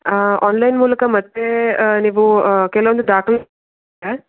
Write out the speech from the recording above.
online ಮೂಲಕ ಮತ್ತೆ ನೀವು ಕೆಲವೊಂದು ದಾಖಲೆ